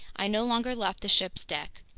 i no longer left the ship's deck.